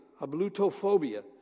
Ablutophobia